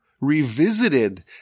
revisited